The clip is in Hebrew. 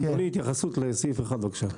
אדוני,